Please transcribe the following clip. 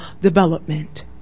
development